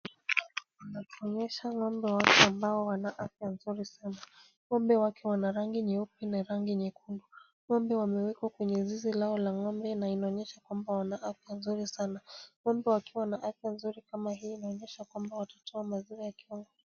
Anatuonyesha ng'ombe wake ambao wana afya nzuri sana. Ng'ombe wake wana rangi nyeupe na rangi nyekundu. Ng'ombe wamewekwa kwenye zizi lao la ng'ombe na inaonyesha kwamba wana afya nzuri sana. Ng'ombe wakiwa na afya nzuri kama hii inaonyesha kwamba watatoa maziwa mingi.